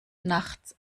nachts